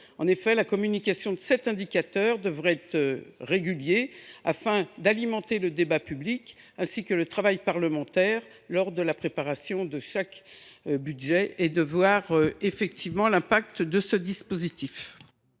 En effet, la communication de cet indicateur devrait être régulière, afin d’alimenter le débat public, ainsi que le travail parlementaire lors de la préparation de chaque budget. Il s’agit de mesurer l’impact de ce dispositif.